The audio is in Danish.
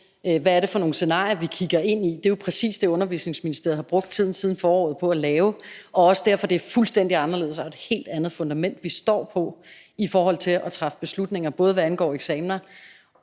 hvad det er for nogle scenarier, vi kigger ind i. Det er jo præcis det, Undervisningsministeriet har brugt tiden siden foråret på at lave, og det er også derfor, at det er et fuldstændig anderledes, et helt andet fundament, vi står på, i forhold til at træffe beslutninger, både hvad angår eksamener,